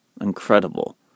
incredible